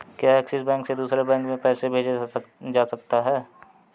क्या Axis bank से दूसरे बैंक में पैसे भेजे जा सकता हैं?